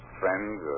friends